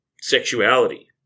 sexuality